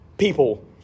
people